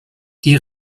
die